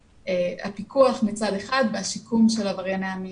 הפיקוח מצד אחד והשיקום של עברייני מין,